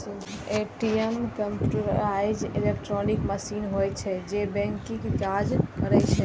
ATM computerised electronic machine होइ छै, जे बैंकिंग के काज करै छै